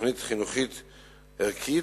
תוכנית חינוכית ערכית,